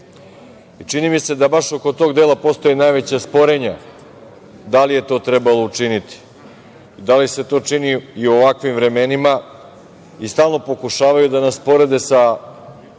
Čini mi se da baš oko tog dela postoje najveća sporenja da li je to trebalo učiniti, da li se to čini i u ovakvim vremenima i stalno pokušavaju da nas porede sa